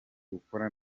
ukora